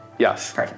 Yes